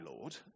Lord